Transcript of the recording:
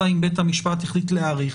אלא אם בית המשפט החליט להאריך,